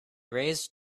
raised